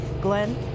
Glenn